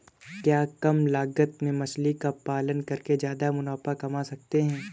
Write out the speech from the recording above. क्या कम लागत में मछली का पालन करके ज्यादा मुनाफा कमा सकते हैं?